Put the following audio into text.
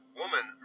woman